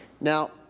Now